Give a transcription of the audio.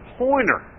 pointer